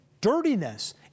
dirtiness